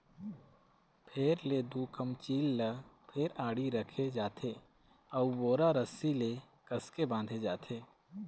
फेर ले दू कमचील ल फेर आड़ी रखे जाथे अउ बोरा रस्सी ले कसके बांधे जाथे